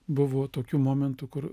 buvo tokių momentų kur